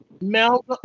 Mel